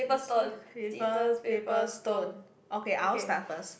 can see paper paper stone okay I will start first